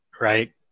right